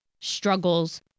struggles